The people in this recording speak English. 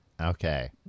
Okay